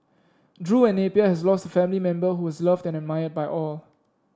Drew and Napier has lost family member who was loved and admired by all